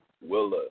Willa